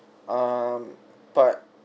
um but